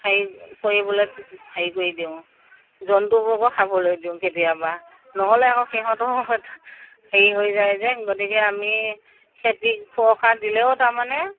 হেৰি কৰিবলৈ হেৰি কৰি দিওঁ জন্তুবোৰকো খাবলৈ দিওঁ কেতিয়াবা নহ'লে আকৌ সিহঁতও হেৰি হৈ যায় যে গতিকে আমি খেতি সুৰক্ষা দিলেও তাৰমানে